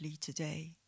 today